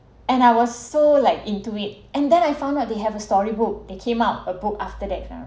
and I was so like into it and then I found out they have a storybook that came out a book after that